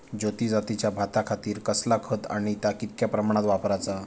ज्योती जातीच्या भाताखातीर कसला खत आणि ता कितक्या प्रमाणात वापराचा?